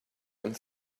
and